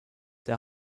der